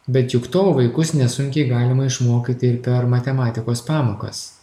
bet juk to vaikus nesunkiai galima išmokyti ir per matematikos pamokas